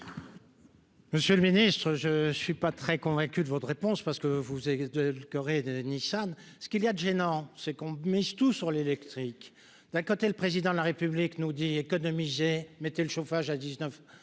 Monsieur le Ministre, je suis pas très convaincu de votre réponse, parce que vous êtes de coeur et de Nissan, ce qu'il y a 2 gênant c'est con mais je tout sur l'électrique, d'un côté, le président de la République nous dit économiser mettais le chauffage à 19